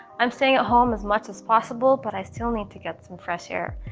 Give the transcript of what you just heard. i'm staying at home as much as possible but i still need to get some fresh air.